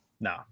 No